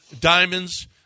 diamonds